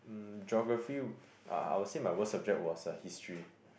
um geography uh I will say my worse subject was uh history